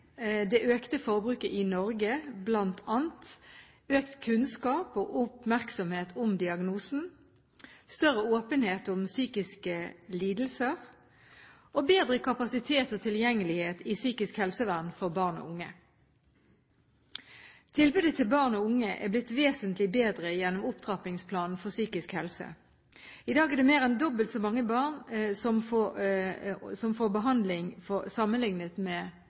det økte forbruket i Norge, bl.a.: økt kunnskap og oppmerksomhet om diagnosen større åpenhet om psykiske lidelser bedre kapasitet og tilgjengelighet i psykisk helsevern for barn og unge Tilbudet til barn og unge er blitt vesentlig bedre gjennom opptrappingsplanen for psykisk helse. I dag er det mer enn dobbelt så mange barn som får behandling sammenlignet med